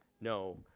no